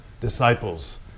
Disciples